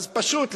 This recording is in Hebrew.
אז פשוט,